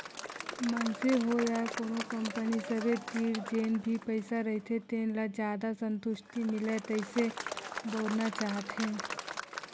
मनसे होय या कोनो कंपनी सबे तीर जेन भी पइसा रहिथे तेन ल जादा संतुस्टि मिलय तइसे बउरना चाहथे